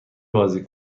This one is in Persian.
بازی